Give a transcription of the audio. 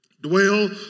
Dwell